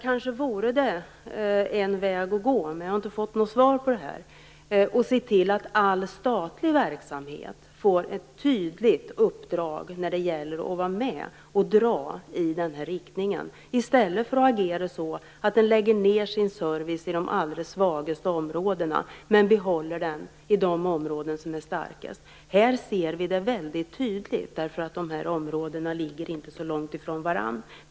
Kanske vore det en väg att gå, men jag har inte fått något svar, att se till att all statlig verksamhet får ett tydligt uppdrag när det gäller att dra i denna riktning. Detta skall ske i stället för att lägga ned service i de svagaste områdena, men behålla service i de områden som är starka. Här syns detta tydligt, eftersom dessa områden inte ligger så långt från varandra.